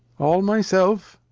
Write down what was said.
all my self?